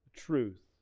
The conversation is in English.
truth